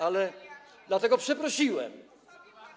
ale dlatego przeprosiłem.